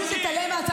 לא גיס.